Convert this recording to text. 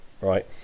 right